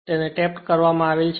તેને ટેપ્ડ કરવામાં આવે છે